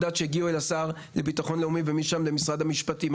דעת שהגיעו אל השר ומשם הגיעו למשרד המשפטים,